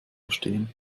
stehen